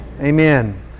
Amen